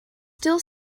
still